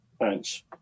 Thanks